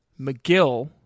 McGill